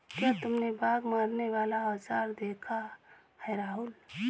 क्या तुमने बाघ मारने वाला औजार देखा है राहुल?